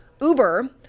uber